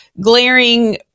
glaring